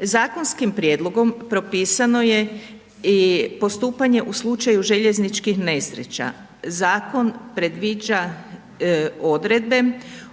Zakonskim prijedlogom propisano je i postupanje u slučaju željezničkih nesreća. Zakon predviđa odredbe